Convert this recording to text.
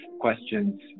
questions